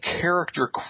character